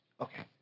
Okay